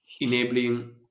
enabling